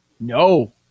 No